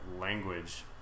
language